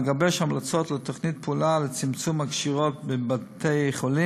לגבש המלצות לתוכנית פעולה לצמצום הקשירות בבתי-החולים.